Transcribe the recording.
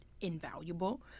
invaluable